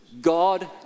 God